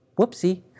Whoopsie